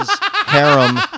harem